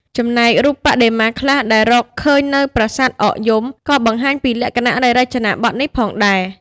បំណែករូបបដិមាខ្លះដែលរកឃើញនៅ ប្រាសាទអកយំ ក៏បង្ហាញពីលក្ខណៈនៃរចនាបថនេះផងដែរ។